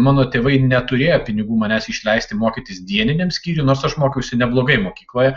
mano tėvai neturėjo pinigų manęs išleisti mokytis dieniniam skyriuje nors aš mokiausi neblogai mokykloje